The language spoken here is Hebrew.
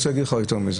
יותר מזה,